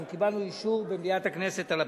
אנחנו קיבלנו אישור במליאת הכנסת על הפיצול.